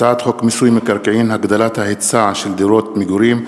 הצעת חוק מיסוי מקרקעין (הגדלת ההיצע של דירות מגורים,